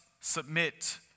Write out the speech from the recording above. submit